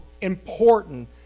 important